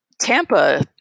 Tampa